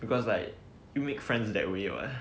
because like you make friends that way [what]